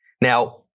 Now